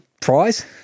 prize